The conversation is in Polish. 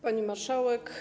Pani Marszałek!